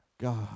God